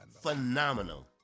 Phenomenal